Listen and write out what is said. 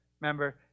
Remember